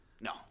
No